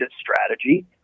strategy